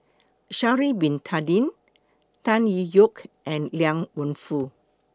Sha'Ari Bin Tadin Tan Tee Yoke and Liang Wenfu